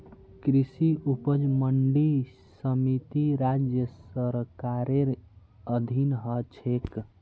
कृषि उपज मंडी समिति राज्य सरकारेर अधीन ह छेक